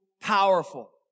powerful